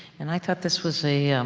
and i thought this was a, um,